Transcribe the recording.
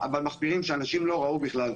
אבל מחפירים שאנשים לא ראו בכלל.